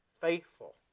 faithful